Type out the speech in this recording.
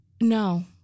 No